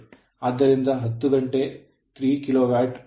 ಆದ್ದರಿಂದ 10 ಗಂಟೆ3 ಕಿಲೋವ್ಯಾಟ್